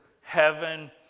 heaven